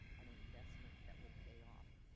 an investment that will pay off.